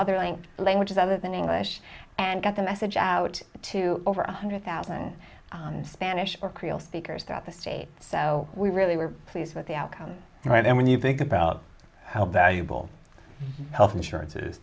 other linked languages other than english and get the message out to over one hundred thousand spanish or creole speakers throughout the state so we really were pleased with the outcome right and when think about how valuable health insurance is